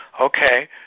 okay